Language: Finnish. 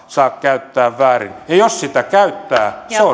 saa käyttää väärin ja jos sitä käyttää